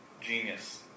genius